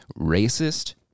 racist